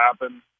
happen